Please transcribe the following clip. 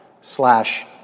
slash